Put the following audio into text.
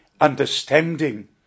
understanding